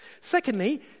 Secondly